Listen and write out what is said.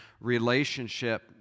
relationship